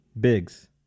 Biggs